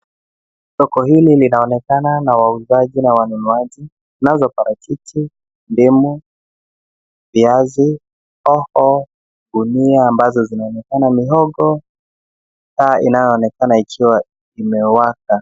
Soko hili linaonekana na wauzaji na wanunuaji kunazo parachichi, ndimu, viazi, pawpaw, gunia ambazo zinaonekana mihogo na paa inayoonekana ikiwa imewaka.